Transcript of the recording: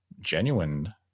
genuine